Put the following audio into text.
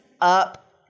up